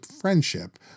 friendship